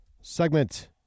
segment